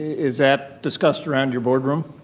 is that discussed around your board room?